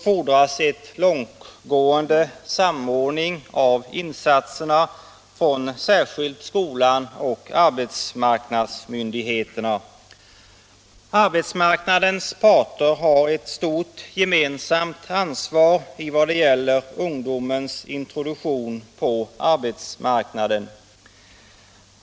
fordras en långtgående samordning av insatserna från särskilt skolan och arbetsmarknadsmyndigheterna. Arbetsmarknadens parter har ett stort gemensamt ansvar för ungdomens introduktion på arbetsmarknaden.